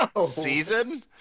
season